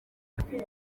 bikoresha